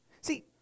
See